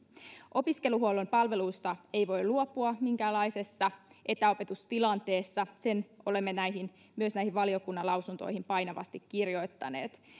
opiskeluhuollon palveluista ei voi luopua minkäänlaisessa etäopetustilanteessa sen olemme myös näihin valiokunnan lausuntoihin painavasti kirjoittaneet